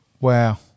Wow